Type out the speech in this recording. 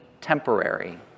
temporary